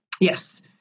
yes